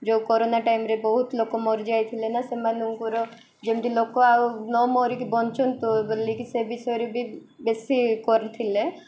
ଯେଉଁ କରୋନା ଟାଇମ୍ରେ ବହୁତ ଲୋକ ମରିଯାଇଥିଲେ ନା ସେମାନଙ୍କର ଯେମିତି ଲୋକ ଆଉ ନ ମରିକି ବଞ୍ଚନ୍ତୁ ବୋଲିକି ସେ ବିଷୟରେ ବି ବେଶୀ କରିଥିଲେ